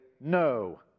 no